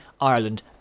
Ireland